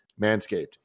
Manscaped